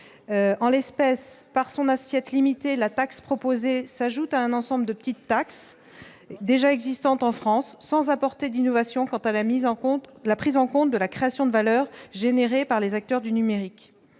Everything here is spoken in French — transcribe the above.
en l'espèce par son assiette limiter la taxe proposée s'ajoute à un ensemble de petites taxes déjà existantes en France, sans apporter d'innovation quant à la mise en compte la prise en compte de la création de valeurs générées par les acteurs du numérique,